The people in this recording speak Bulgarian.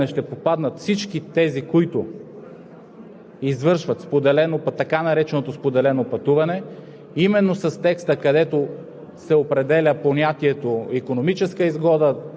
Второто, за което тогава настоявахме, беше отделянето на споделеното пътуване. Нашите притеснения бяха, че под наказателно преследване ще попаднат всички тези, които